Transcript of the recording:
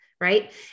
right